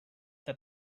that